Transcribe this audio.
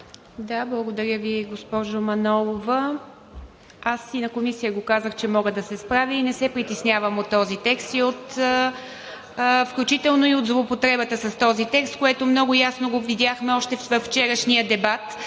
Благодаря Ви, госпожо Манолова. Аз и в Комисията казах, че мога да се справя и не се притеснявам от този текст, включително и от злоупотребата с този текст, което много ясно го видяхме още във вчерашния дебат.